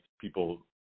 people